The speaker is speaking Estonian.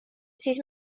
siis